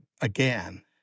again